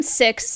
six